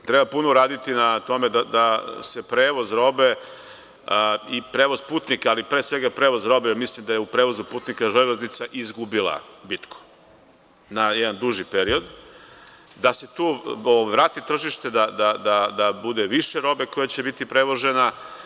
Treba puno raditi na tome da se prevoz robe i prevoz putnika, ali pre svega prevoz robe, jer mislim da je u prevozu putnika „Železnica“ izgubila bitku na jedan duži period, da se tu vrati tržište, da bude više robe koja će biti prevožena.